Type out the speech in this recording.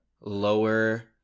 lower